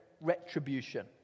retribution